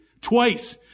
Twice